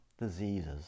diseases